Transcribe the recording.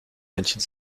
männchen